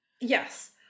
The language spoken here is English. Yes